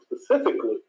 specifically